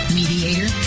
mediator